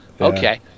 Okay